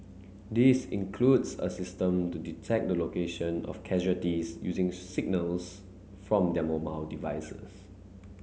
this includes a system to detect the location of casualties using signals from their mobile devices